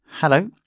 Hello